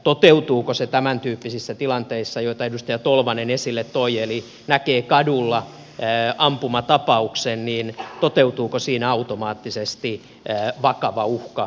toteutuuko se tämäntyyppisissä tilanteissa joita edustaja tolvanen esille toi eli jos näkee kadulla ampumatapauksen toteutuuko siinä automaattisesti vakava uhka